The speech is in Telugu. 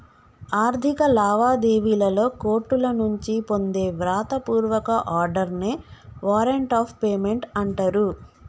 ఆర్థిక లావాదేవీలలో కోర్టుల నుంచి పొందే వ్రాత పూర్వక ఆర్డర్ నే వారెంట్ ఆఫ్ పేమెంట్ అంటరు